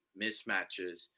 mismatches